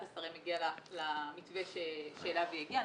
השרים הגיעה למתווה שאליו היא הגיעה.